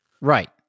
right